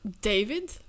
David